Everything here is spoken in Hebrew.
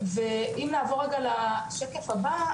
ואם נעבור רגע לשקף הבא,